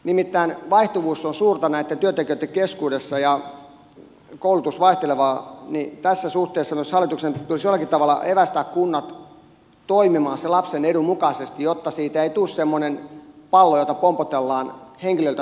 nimittäin kun vaihtuvuus on suurta näitten työntekijöitten keskuudessa ja koulutus vaihtelevaa niin tässä suhteessa hallituksen tulisi myös jollakin tavalla evästää kunnat toimimaan sen lapsen edun mukaisesti jotta siitä ei tule semmoinen pallo jota pompotellaan henkilöltä toiselle